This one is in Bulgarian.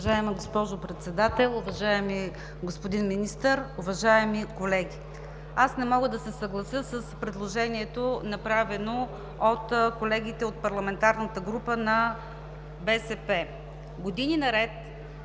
Уважаема госпожо Председател, уважаеми господин Министър, уважаеми колеги! Не мога да се съглася с предложението, направено от колегите от парламентарната група „БСП за България“.